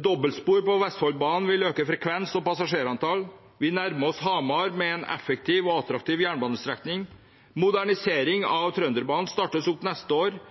Dobbeltspor på Vestfoldbanen vil øke frekvens og passasjerantall. Vi nærmer oss Hamar med en effektiv og attraktiv jernbanestrekning. Modernisering av Trønderbanen startes opp neste år.